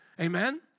Amen